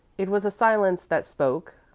it was a silence that spoke,